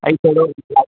ऐं थोरो